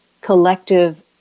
collective